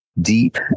Deep